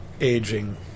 aging